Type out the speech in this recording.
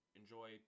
enjoy